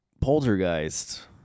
poltergeist